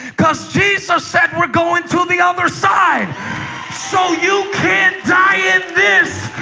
cuz jesus said we're going to the other side so you can't diet this